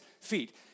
feet